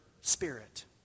spirit